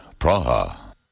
Praha